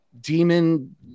demon